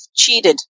cheated